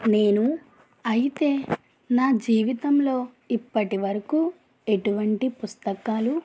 నేను అయితే నా జీవితంలో ఇప్పటివరకు ఎటువంటి పుస్తకాలు